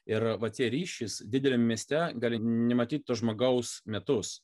ir vat tie ryšis dideliam mieste gali nematyt to žmogaus metus